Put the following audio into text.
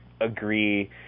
agree